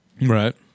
Right